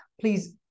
please